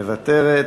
מוותרת,